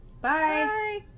Bye